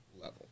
level